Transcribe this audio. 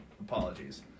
Apologies